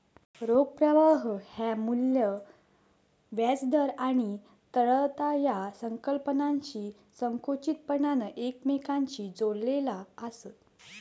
रोख प्रवाह ह्या मू्ल्य, व्याज दर आणि तरलता या संकल्पनांशी संकुचितपणान एकमेकांशी जोडलेला आसत